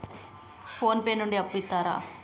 Phone pay నుండి అప్పు ఇత్తరా?